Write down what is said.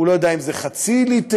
הוא לא יודע אם זה חצי ליטר,